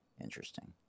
Interesting